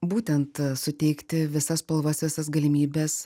būtent suteikti visas spalvas visas galimybes